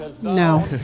No